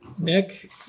Nick